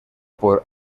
por